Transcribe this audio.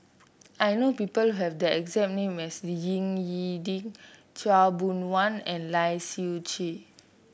I know people who have the exact name as Ying E Ding Khaw Boon Wan and Lai Siu Chiu